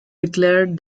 declared